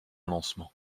lancement